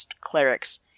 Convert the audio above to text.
clerics